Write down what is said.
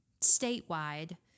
statewide